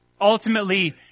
Ultimately